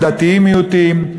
הדתיים מיעוטים.